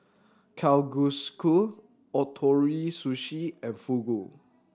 Ootoro Sushi and Fugu